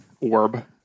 Orb